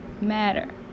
matter